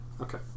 Okay